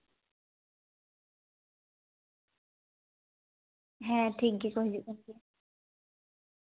ᱦᱮᱸ ᱴᱷᱤᱠ ᱜᱮᱠᱚ ᱦᱤᱡᱩᱜ ᱠᱟᱱᱟ